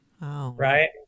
right